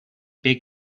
big